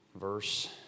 verse